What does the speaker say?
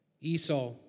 Esau